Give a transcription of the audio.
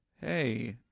Hey